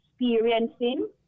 experiencing